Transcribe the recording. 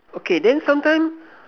okay then sometime